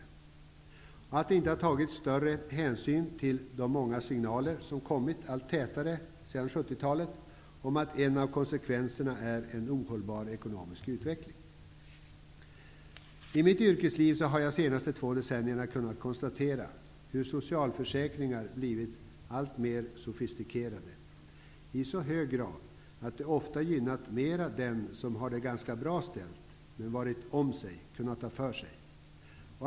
Det förvånar mig också att det inte tagits större hänsyn till de många signaler som kommit allt tätare sedan 70-talet om att en av konsekven serna är en ohållbar ekonomisk utveckling. I mitt yrkesliv har jag under de senaste två de cennierna kunnat konstatera hur socialförsäk ringarna har blivit alltmer sofistikerade. De har blivit det i så hög grad att de ofta mera har gynnat dem som har det ganska bra ställt och som har va rit om sig och har kunnat ta för sig.